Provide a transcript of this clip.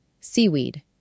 seaweed